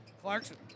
Clarkson